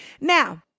Now